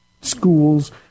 schools